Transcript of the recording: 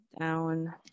down